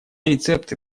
рецепты